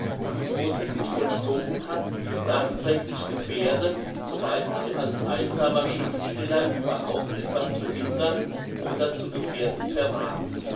und wo sie sich vollzogen hat nachträglich gefährde soweit ich als einsamer schriftsteller überhaupt etwas zu hindern oder zu gefährden vermag